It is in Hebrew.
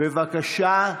בבקשה,